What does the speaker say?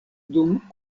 dum